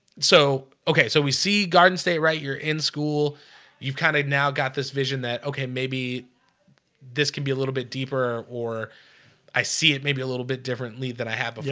so, okay, so we see garden state right you're in school you've kind of now got this vision that okay, maybe this can be a little bit deeper or i see it. maybe a little bit differently than i have.